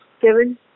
Kevin